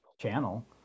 channel